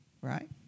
right